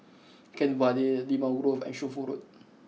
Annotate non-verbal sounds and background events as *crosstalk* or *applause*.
*noise* Kent Vale Limau Grove and Shunfu Road